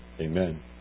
Amen